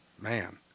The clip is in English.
man